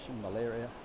malaria